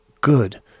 good